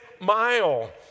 mile